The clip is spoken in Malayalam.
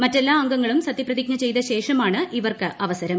മറ്റെല്ലാ അംഗങ്ങളും സത്യപ്രതിജ്ഞ ചെയ്തു ദ്ശേഷമാണ് ഇവർക്ക് അവസരം